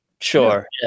Sure